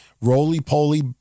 roly-poly